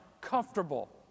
comfortable